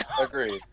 Agreed